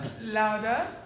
Louder